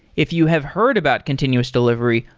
if you have heard about continuous delivery,